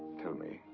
tell me.